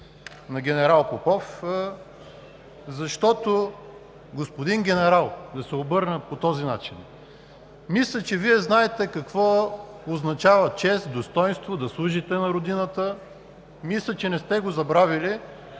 на генерал Попов. Господин Генерал, ще се обърна по този начин – мисля, че Вие знаете какво означава чест, достойнство, да служите на Родината. Мисля, че не сте го забравили.